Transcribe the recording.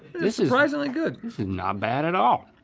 this is surprisingly good. this is not bad at all.